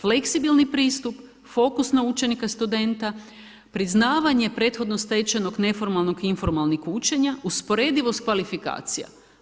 Fleksibilni pristup, fokus na učenika studenta, priznavanje prethodno stečenog neformalnog ... učenja, usporedivost kvalifikacija.